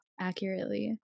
accurately